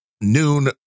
noon